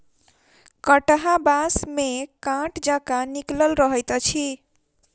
कंटहा बाँस मे काँट जकाँ निकलल रहैत अछि